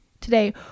today